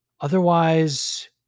Otherwise